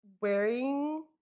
wearing